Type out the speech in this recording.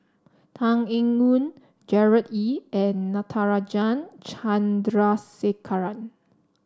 Tan Eng Yoon Gerard Ee and Natarajan Chandrasekaran